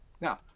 Now